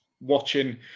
watching